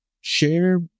share